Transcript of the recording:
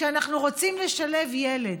כשאנחנו רוצים לשלב ילד